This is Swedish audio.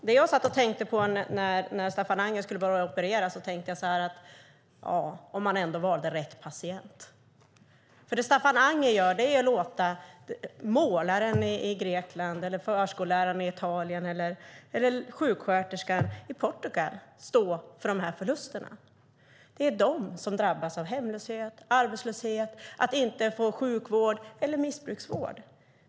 Herr talman! När Staffan Anger skulle börja operera tänkte jag: Om han ändå valde rätt patient! Staffan Anger låter målaren i Grekland, förskolläraren i Italien eller sjuksköterskan i Portugal stå för förlusterna. Det är de som drabbas av hemlöshet och arbetslöshet. Det är de som inte får sjukvård eller missbrukarvård.